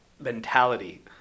mentality